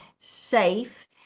safe